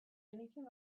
anything